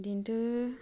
দিনটো